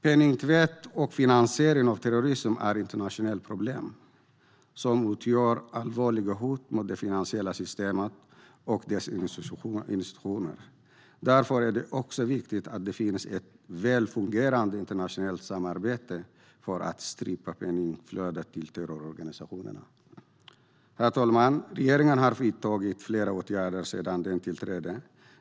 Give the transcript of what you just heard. Penningtvätt och finansiering av terrorism är internationella problem som utgör allvarliga hot mot det finansiella systemet och dess institutioner. Därför är det viktigt att det finns ett välfungerande internationellt samarbete för att strypa penningflödet till terrororganisationerna. Herr talman! Regeringen har vidtagit flera åtgärder sedan den tillträdde.